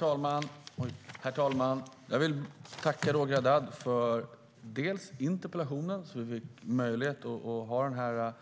Herr talman! Jag vill tacka Roger Haddad för interpellationen, så att vi fick möjlighet att ha den här